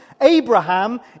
Abraham